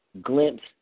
glimpse